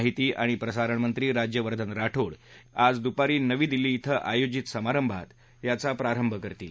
माहिती आणि प्रसारणमंत्री राज्यवर्धन राठोड आज दुपारी नवी दिल्ली इथं आयोजित समारंभात याचा प्रारंभ करतील